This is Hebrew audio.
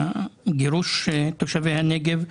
גירוש תושבי הנגב,